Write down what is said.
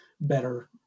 better